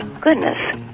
goodness